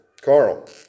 Carl